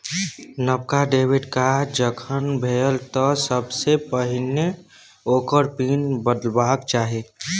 नबका debit card जखन भेटय तँ सबसे पहिने ओकर पिन बदलबाक चाही